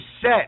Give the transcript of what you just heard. set